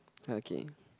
okay